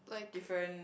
different